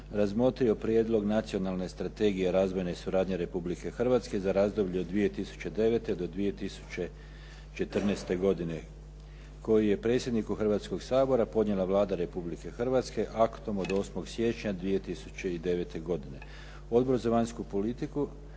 razmotrio je Prijedlog nacionalne strategije razvojne suradnje Republike Hrvatske za razdoblje od 2009. do 2014. godine koji je predsjedniku Hrvatskoga sabora podnijela Vlada Republike Hrvatske aktom od 8. siječnja 2009. godine. Odbor za vanjsku politiku